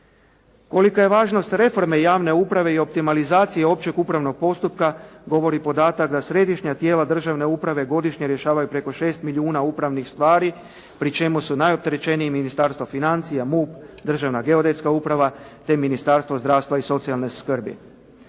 Kolika je važnost reforme javne uprave i optimalizacije općeg upravnog postupka govori podatak da središnja tijela državne uprave godišnje rješavaju preko 6 milijuna upravnih stvari, pri čemu su najopterećeniji Ministarstvo financija, MUP, Državna geodetska uprava te Ministarstvo zdravstva i socijalne skrbi.